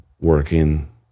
working